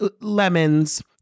lemons